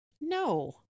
no